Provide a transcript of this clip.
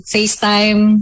FaceTime